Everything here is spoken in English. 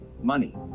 money